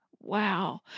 Wow